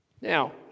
Now